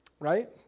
right